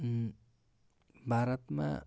भारतमा